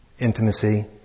Intimacy